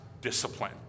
discipline